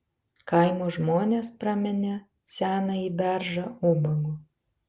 kaimo žmonės praminė senąjį beržą ubagu